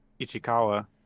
Ichikawa